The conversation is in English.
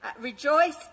rejoice